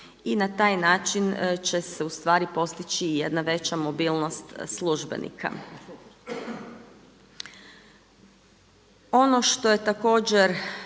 I na taj način će se u stvari postići jedna veća mobilnost službenika. Ono što je također